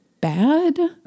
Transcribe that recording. bad